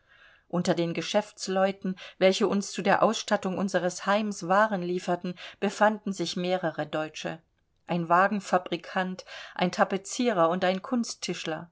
unter den geschäftsleuten welche uns zu der ausstattung unseres heims waren lieferten befanden sich mehrere deutsche ein wagenfabrikant ein tapezierer und ein